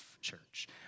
church